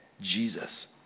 Jesus